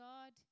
God